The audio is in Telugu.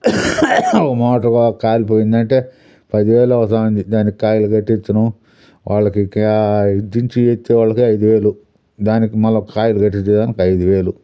మోటర్ కాలిపోయింది అంటే పది వేలు అవుతూవుంది దానికి కాయలు కట్టించును వాళ్ళకి క్యా దించి ఎత్తే వాళ్ళకే ఐదు వేలు దానికి మల్ల కాయలు కట్టించేదానికి ఐదు వేలు